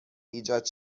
ایجاد